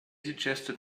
suggested